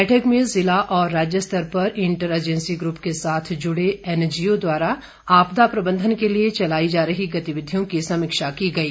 बैठक में जिला और राज्य स्तर पर इंटर एजेंसी ग्रुप के साथ जुड़े एनजीओ द्वारा आपदा प्रबन्धन के लिए चलाई जा रही गतिविधियों की समीक्षा की गई